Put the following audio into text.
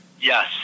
Yes